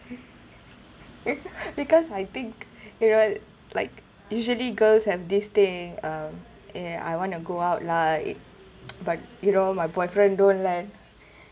because I think you know like usually girls have this thing um eh I want to go out lah it but you know my boyfriend don't lend